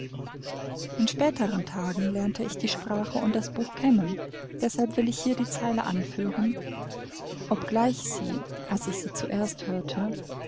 in späteren tagen lernte ich die sprache und das buch kennen deshalb will ich hier die zeile anführen obgleich sie als ich sie zuerst hörte